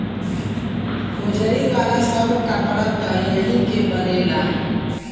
hosiery वाला सब कपड़ा त एही के बनेला